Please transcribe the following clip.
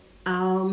um